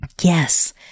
Yes